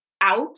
out